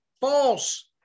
false